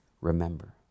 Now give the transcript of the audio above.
remember